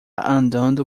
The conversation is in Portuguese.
andando